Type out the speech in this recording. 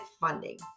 funding